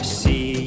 see